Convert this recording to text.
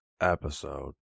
episode